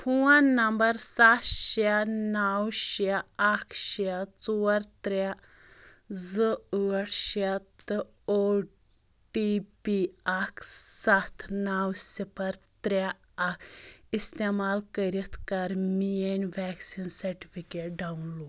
phone number سَتھ شےٚ نَو شےٚ اَکھ شےٚ ژور ترٛےٚ زٕ ٲٹھ شے تہٕ او ٹی پی اکھ ستھ نو صِفر ترٛےٚ اکھ استعمال کٔرِتھ کر میٲنۍ ویکسیٖن سرٹِفکیٹ ڈاؤن لوڈ